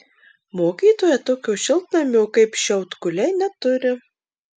mokytoja tokio šiltnamio kaip šiaudkuliai neturi